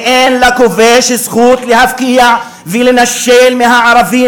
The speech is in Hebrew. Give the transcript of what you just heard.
ואין לכובש זכות להפקיע ולנשל מהערבים